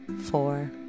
four